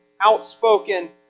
outspoken